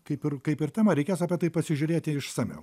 kaip ir kaip ir tema reikės apie tai pasižiūrėti išsamiau